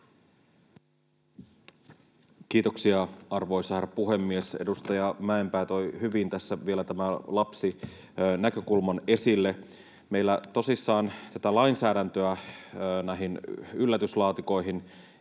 Kiitoksia, arvoisa herra puhemies! Edustaja Mäenpää toi hyvin vielä tämän lapsinäkökulman esille. Meillä tosissaan tätä lainsäädäntöä näihin yllätyslaatikoihin